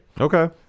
Okay